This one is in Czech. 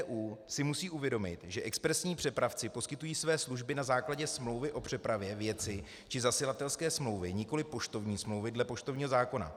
ČTÚ si musí uvědomit, že expresní přepravci poskytují své služby na základě smlouvy o přepravě věci či zasilatelské smlouvy, nikoliv poštovní smlouvy dle poštovního zákona.